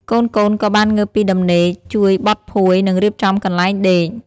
កូនៗក៏បានងើបពីដំណេក ជួយបត់ភួយ និងរៀបចំកន្លែងដេក។